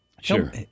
Sure